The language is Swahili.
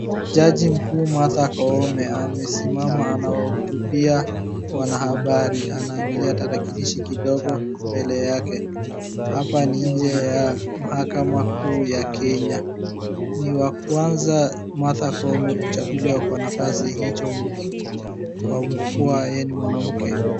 Jaji mkuu Martha Koome amesimama anawahutubia wanahabari. Anagalia tarakilishi kidogo mbele yake apa ni nje ya mahaka kuu ya Kenya. Ni wa kwanza Martha Koome kuchanguliwa kwa nafasi hicho kwa kuwa yeye ni mwanamke.